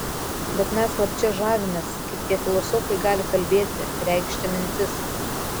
bet mes slapčia žavimės kaip tie filosofai gali kalbėti reikšti mintis